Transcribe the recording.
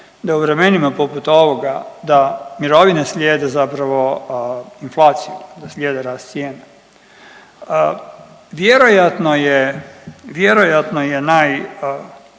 da u vremenima poput ovoga da mirovine slijede zapravo inflaciju, da slijede rast cijena. Vjerojatno je, vjerojatno